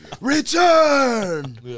Return